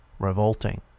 revolting